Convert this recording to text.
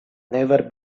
never